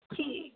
ਠੀਕ